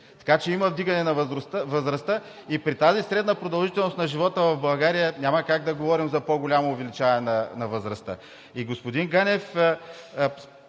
така че има вдигане на възрастта. И при тази средна продължителност на живота в България няма как да говорим за по-голямо увеличаване на възрастта.